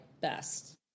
best